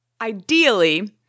Ideally